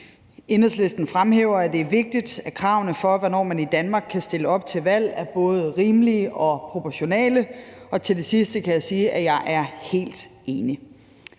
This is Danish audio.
Enhedslisten fremhæver, at det er vigtigt, at kravene til, hvornår man i Danmark kan stille op til valg, er både rimelige og proportionale. Og til det sidste kan jeg sige, at det er jeg helt enig